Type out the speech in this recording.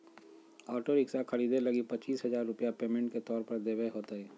auto rickshaw खरीदे लगी पचीस हजार रूपया पेमेंट के तौर पर देवे होतय